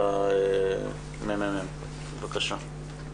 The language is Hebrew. בבקשה.